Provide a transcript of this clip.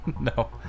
No